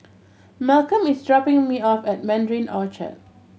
Malcolm is dropping me off at Mandarin Orchard